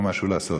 או משהו לעשות.